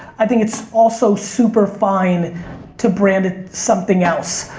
i think it's also super fine to brand it something else.